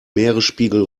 meeresspiegel